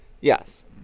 Yes